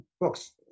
books